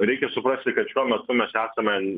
reikia suprasti kad šiuo metu mes esame